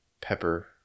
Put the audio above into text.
pepper